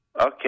Okay